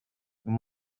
nous